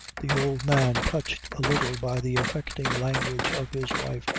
the old man, touched a little by the affecting language of his wife,